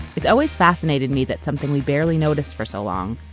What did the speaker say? it's always fascinated me that something we barely noticed for so long,